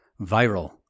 viral